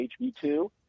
HB2